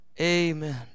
amen